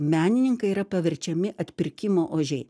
menininkai yra paverčiami atpirkimo ožiai